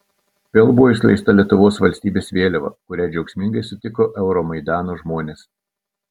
vėl buvo išskleista lietuvos valstybės vėliava kurią džiaugsmingai sutiko euromaidano žmonės